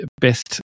best